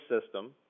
system